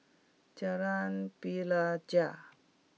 Jalan Pelajau